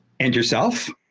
and yourself?